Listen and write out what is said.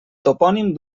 topònim